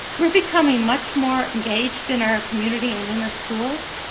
we're becoming much more engaged in our community and in our schools.